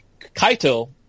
Kaito